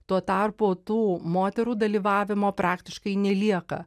tuo tarpu tų moterų dalyvavimo praktiškai nelieka